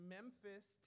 Memphis